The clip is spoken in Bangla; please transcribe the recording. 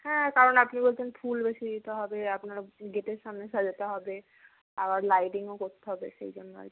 হ্যাঁ কারণ আপনি বলছেন ফুল বেশি দিতে হবে আপনার গেটের সামনে সাজাতে হবে আবার লাইটিংও করতে হবে সেই জন্য আর কি